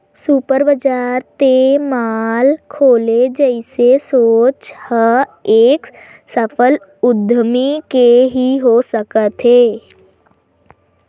super बजार ते mall खोले जइसे सोच ह एक सफल उद्यमी के ही हो सकत हे